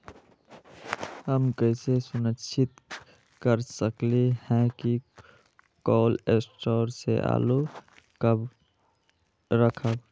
हम कैसे सुनिश्चित कर सकली ह कि कोल शटोर से आलू कब रखब?